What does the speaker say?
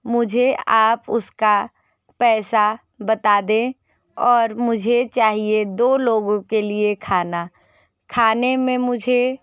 मुझे आप उसका पैसा बता दें और मुझे चाहिए दो लोगों के लिए खाना खाने में मुझे